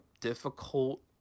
difficult